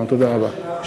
תודה רבה.